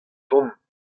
tont